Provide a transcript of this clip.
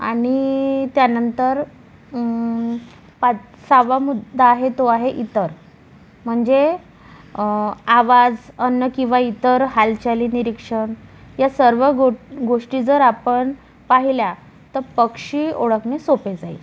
आणि त्यानंतर पाच सहावा मुद्दा आहे तो आहे इतर म्हणजे आवाज अन्न किंवा इतर हालचाली निरीक्षण या सर्व गो गोष्टी जर आपण पाहिल्या तर पक्षी ओळखणे सोपे जाईल